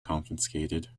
confiscated